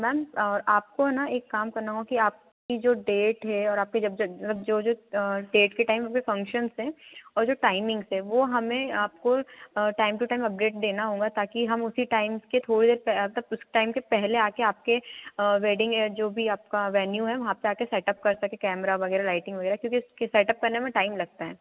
ma'am और आपको न एक काम करना होगा कि आपकी जो डेट है और आपके जब जब मतलब जो जो डेट के टाइम पर फ़ंक्शंस हैं और जो टाइमिंग्स हैं वो हमें आपको टाइम टू टाइम अपडेट देना होगा ताकि हम उसी टाइम के थोड़े देर मतलब उस टाइम के पहले आ कर आपके वेडिंग या जो भी आपका वेन्यू है वहाँ पर आ कर सेटअप कर सकें कैमरा वगैरह लाइटिंग वगैरह क्योंकि उसके सेटअप करने में टाइम लगता है